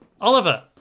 Oliver